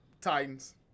Titans